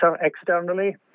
externally